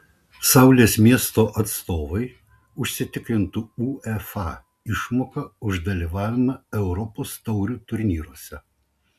saulės miesto atstovai užsitikrintų uefa išmoką už dalyvavimą europos taurių turnyruose